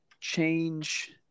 change